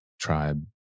tribe